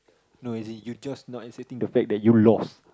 no as in you just not accepting the fact that you lost